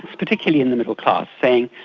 particularly in the middle-class, saying,